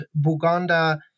Buganda